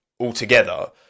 altogether